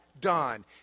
done